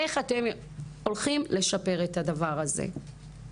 איך אתם הולכים לשפר את הדבר הזה?